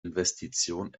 investition